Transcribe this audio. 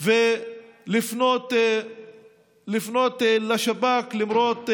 ולפנות לשב"כ, למרות,